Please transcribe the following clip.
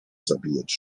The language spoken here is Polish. zabijać